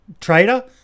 trader